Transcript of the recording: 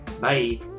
Bye